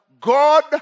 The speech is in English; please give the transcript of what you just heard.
God